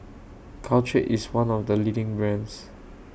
Caltrate IS one of The leading brands